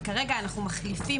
וכרגע אנחנו מחליפים,